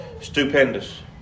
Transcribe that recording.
stupendous